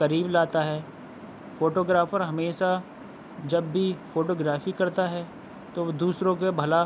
قریب لاتا ہے فوٹو گرافر ہمیشہ جب بھی فوٹو گرافی کرتا ہے تو دوسروں کا بھلا